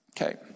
Okay